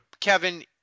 Kevin